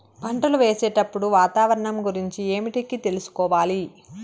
పంటలు వేసేటప్పుడు వాతావరణం గురించి ఏమిటికి తెలుసుకోవాలి?